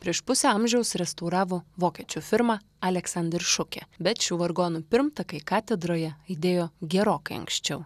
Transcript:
prieš pusę amžiaus restauravo vokiečių firma aleksander šuke bet šių vargonų pirmtakai katedroje aidėjo gerokai anksčiau